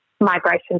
migration